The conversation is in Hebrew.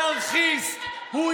אנרכיסט, כל,